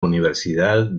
universidad